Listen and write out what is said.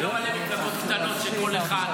ולא הרבה מאוד מפלגות קטנות, כשכל אחת,